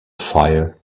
fire